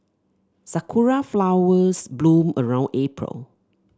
sakura flowers bloom around April